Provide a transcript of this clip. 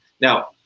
Now